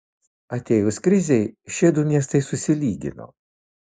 atėjus krizei šie du miestai susilygino